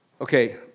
Okay